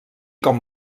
com